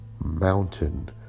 mountain